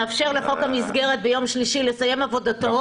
לאפשר לחוק המסגרת ביום שלישי לסיים עבודתו.